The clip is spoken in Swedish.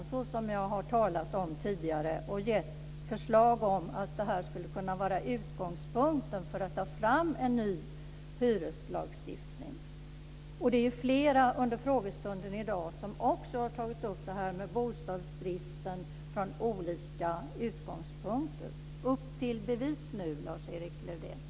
Det är det som jag har talat om och gett förslag på tidigare. Det skulle kunna vara utgångspunkten för en ny hyreslagstiftning. Det är flera ledamöter som under frågestunden i dag också har tagit upp bostadsbristen från olika utgångspunkter. Upp till bevis, Lars-Erik Lövdén!